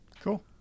Cool